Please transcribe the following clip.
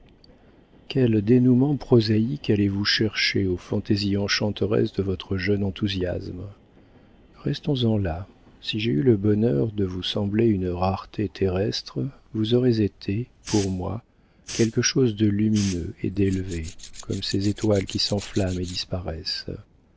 quel dénoûment prosaïque allez-vous chercher aux fantaisies enchanteresses de votre jeune enthousiasme restons-en là si j'ai eu le bonheur de vous sembler une rareté terrestre vous aurez été pour moi quelque chose de lumineux et d'élevé comme ces étoiles qui s'enflamment et disparaissent